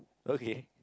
okay